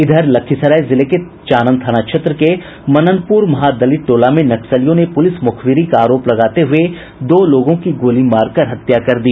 इधर लखीसराय जिले के चानन थाना के मननपुर महादलित टोला में नक्सलियों ने पुलिस मुखबिरी का आरोप लगाते हुए दो लोगों की गोली मारकर हत्या कर दी